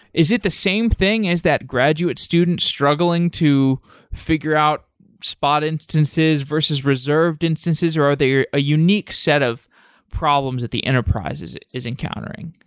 is it the same thing as that graduate student struggling to figure out spot instances versus reserved instances or are they a ah unique set of problems that the enterprise is is encountering?